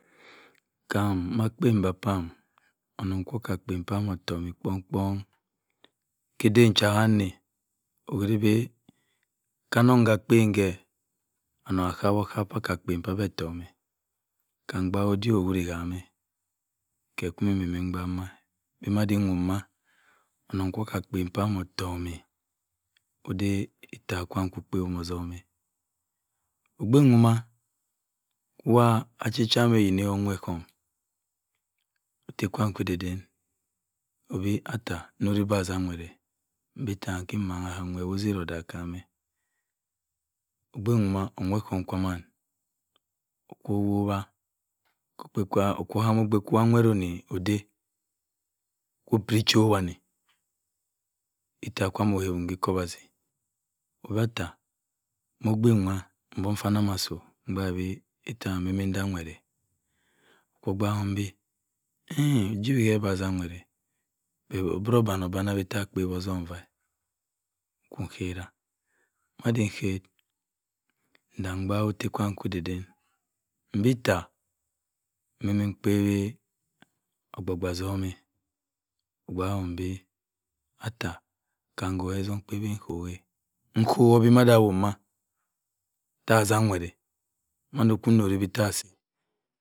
Kam ma akpen nwu kwaam onnong ka akpen ottomi kponmi kpon-kpon k'ablem janna owuri bi ka annong ka akpen kẹ. annon akawi kawi ba ki akpen atọmi kam abaak-owuri kan-a ke kimmin mo bannbi ñkpa ma bi madin wọon okki akpen kwan ọtọmi oda itta kwaan kko okpawn otzwn-a obyn wọman wa acha tuam oyin ko enwett ok'ọhọmm otte. kwaam ikida-aden odi atta nnrowi bẹ atzan ewett-a mdi itte iko mancha enwett ozara odaak kara obyu nwa owett ọhowa kwu man okko ọhowa obghkwa nwett oda oko piri chọ wani itte kwaam ohawam ki ikowasi odi atta mo obgh wa mbọvọ annaa si- o nbakẹ be itta kam bẹnbi ndanwetta okko obuak hum bi ii ojiwi mẹ bi atzan nwetera but o biro oban-oban bi a kpawi ozwa. Fa mko ngara. nndam ngara nnda kpayi otte kwaam ki-daaden m'di itte m'benbi nkawi okpa kpa otzum a obak kam bi atta kam otzum kpawi ke kowa nkowa bi mada ahowa ma tta azam enwetha. Mande ki nrori bi asi